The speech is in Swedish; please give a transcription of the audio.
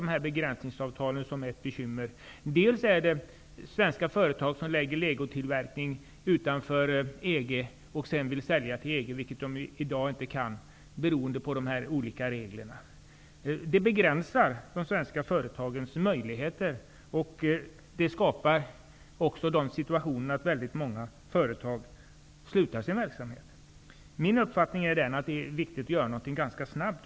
Dels är det begränsningsavtalen som är ett bekymmer, dels är det de svenska företag som lägger legotillverkning utanför EG och sedan vill sälja till EG-länderna, vilket de i dag inte kan göra beroende på dessa olika regler. Detta begränsar de svenska företagens möjligheter, och det leder också till att väldigt många företag upphör med sin verksamhet. Min uppfattning är att det är viktigt att göra något ganska snabbt.